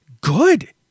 good